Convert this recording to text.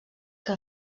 que